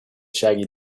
shaggy